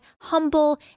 humble